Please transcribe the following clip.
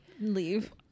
leave